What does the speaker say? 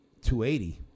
280